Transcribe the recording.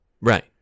Right